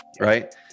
right